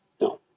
No